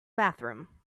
bathroom